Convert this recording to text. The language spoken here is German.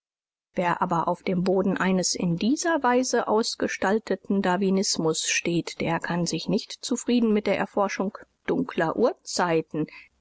wer aber auf dem boden eines in dieser weise ausgestalteten darwinismus steht der kann sich nicht zufrieden mit der erforschung dunkler urzeiten